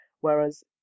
Whereas